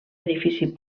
edifici